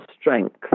strength